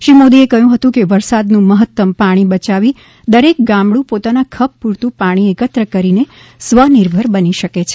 શ્રી મોદીએ કહ્યું હતું કે વરસાદનું મહત્તમ પાણી બચાવી દરેક ગામડું પોતાના ખપ પૂરતું પાણી એકત્ર કરી સ્વનિર્ભર બની શકે છે